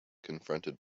confronted